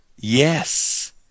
Yes